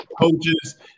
coaches